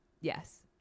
Yes